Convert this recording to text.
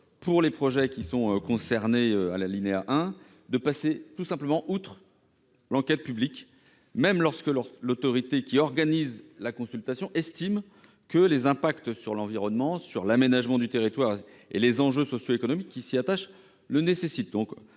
pour les projets visés à l'alinéa 1, qu'il pourra être passé outre l'enquête publique, même lorsque l'autorité qui organise la consultation estime que les impacts sur l'environnement, sur l'aménagement du territoire et les enjeux socio-économiques qui s'y attachent nécessitent